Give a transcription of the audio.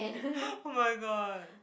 !ha! oh-my-god